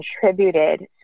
contributed